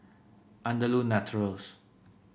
Andalou Naturals